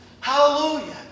Hallelujah